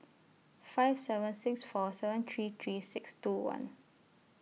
five seven six four seven three three six two one